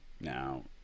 Now